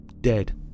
dead